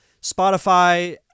Spotify